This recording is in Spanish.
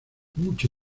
mucho